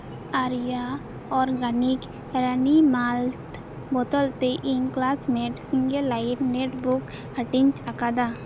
ᱟᱨᱭᱟ organic ᱨᱟᱱᱤ ᱢᱟᱞᱛ ᱵᱚᱫᱚᱞᱛᱮ ᱤᱧ ᱠᱮᱞᱟᱥᱢᱮᱴ ᱥᱤᱝᱜᱮᱞ ᱞᱟᱭᱤᱱ ᱱᱮᱴᱵᱩᱠ ᱦᱟᱹᱴᱤᱧ ᱟᱠᱟᱫᱟ